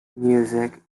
music